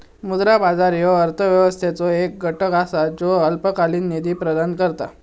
मुद्रा बाजार ह्यो अर्थव्यवस्थेचो एक घटक असा ज्यो अल्पकालीन निधी प्रदान करता